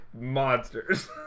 monsters